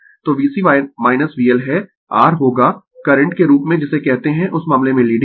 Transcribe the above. तो VC VL है r होगा करंट के रूप में जिसे कहते है उस मामले में लीडिंग है